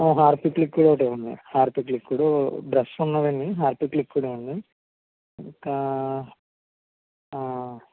Harpic liquid ఒకటి ఇవ్వండి Harpic liquid brush ఉన్నదండీ హార్పిక్ లిక్విడ్ ఇవ్వండి ఇంకా